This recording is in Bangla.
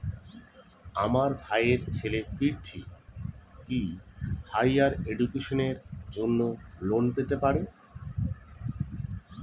আমার ভাইয়ের ছেলে পৃথ্বী, কি হাইয়ার এডুকেশনের জন্য লোন পেতে পারে?